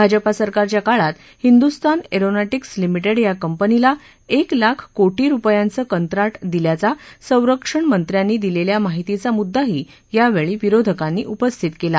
भाजपा सरकारच्या काळात Hindustan Aeronautics Limited या कंपनीला एक लाख कोटी रुपयांचं कंत्राट दिल्याचा संरक्षण मंत्र्यांनी दिलेल्या माहितीचा मुद्राही यावेळी विरोधकांनी उपस्थित केला